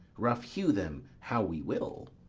rough-hew them how we will.